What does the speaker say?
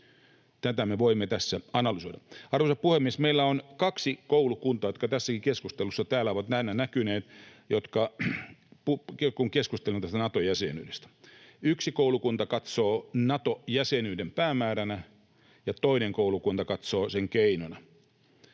Tätä me voimme tässä analysoida. Arvoisa puhemies! Meillä on kaksi koulukuntaa, jotka tässäkin keskustelussa täällä ovat näkyneet, kun keskustellaan tästä Nato-jäsenyydestä. Yksi koulukunta katsoo Nato-jäsenyyden päämääränä ja toinen koulukunta katsoo sen keinona.